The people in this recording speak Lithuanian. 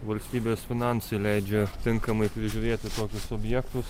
valstybės finansai leidžia tinkamai prižiūrėti tokius objektus